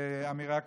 באמירה כזאת.